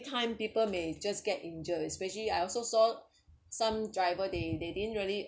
time people may just get injury especially I also saw some driver they they didn't really